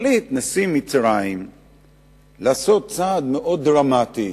החליט נשיא מצרים לעשות צעד מאוד דרמטי